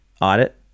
audit